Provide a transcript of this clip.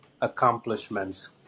accomplishments